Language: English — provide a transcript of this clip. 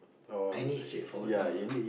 I need straightforward more lah